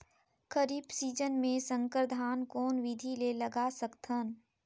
खरीफ season मे संकर धान कोन विधि ले लगा सकथन?